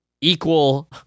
equal